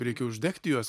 reikia uždegti juos